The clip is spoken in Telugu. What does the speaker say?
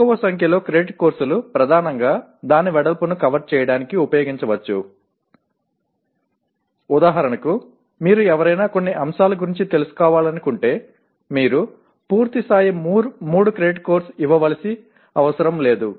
తక్కువ సంఖ్యలో క్రెడిట్ కోర్సులు ప్రధానంగా దాని వెడల్పును కవర్ చేయడానికి ఉపయోగించవచ్చు ఉదాహరణకు మీరు ఎవరైనా కొన్ని అంశాల గురించి తెలుసుకోవాలనుకుంటే మీరు పూర్తి స్థాయి 3 క్రెడిట్ కోర్సు ఇవ్వవలసిన అవసరం లేదు